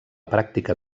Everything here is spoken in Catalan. pràctica